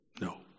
No